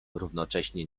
równocześnie